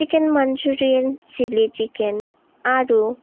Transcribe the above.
chicken Manchurian chilli chicken আৰু